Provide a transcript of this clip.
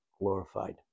glorified